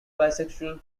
bisexual